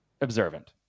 observant